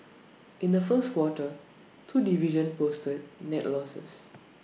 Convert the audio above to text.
in the first quarter two divisions posted net losses